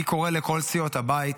אני קורא לכל סיעות הבית